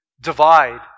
divide